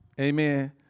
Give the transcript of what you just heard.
amen